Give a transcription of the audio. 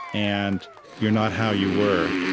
and you're not how you were